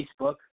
Facebook